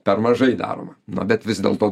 per mažai daroma bet vis dėlto